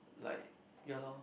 like ya lor